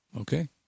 Okay